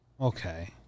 Okay